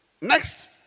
Next